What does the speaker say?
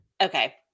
Okay